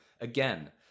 again